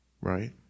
right